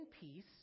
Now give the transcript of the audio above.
peace